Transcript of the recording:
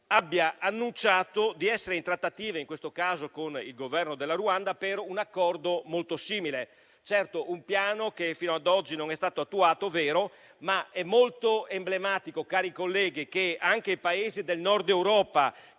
abbia annunciato di essere in trattative - in questo caso con il Governo della Ruanda - per un accordo molto simile. Certo, è un piano che fino ad oggi non è stato attuato - vero - ma è molto emblematico, cari colleghi, che anche i Paesi del Nord Europa,